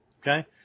Okay